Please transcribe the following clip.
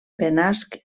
benasc